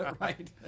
right